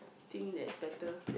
think that's better